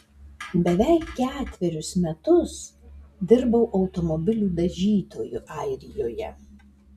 beveik ketverius metus dirbau automobilių dažytoju airijoje